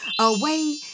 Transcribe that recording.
away